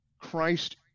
Christ